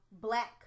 black